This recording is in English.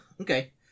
Okay